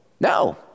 no